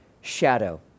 shadow